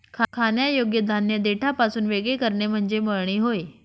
खाण्यायोग्य धान्य देठापासून वेगळे करणे म्हणजे मळणी होय